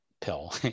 pill